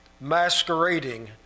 masquerading